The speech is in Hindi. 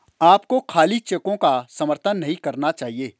आपको खाली चेकों का समर्थन नहीं करना चाहिए